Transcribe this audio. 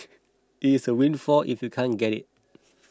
it's a windfall if you can't get it